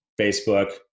Facebook